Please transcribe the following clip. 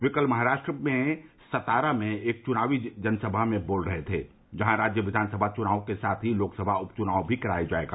वे कल महाराष्ट्र के सातारा में एक च्नावी सभा में बोल रहे थे जहां राज्य विधानसभा च्नावों के साथ ही लोकसभा उप च्नाव भी कराया जाएगा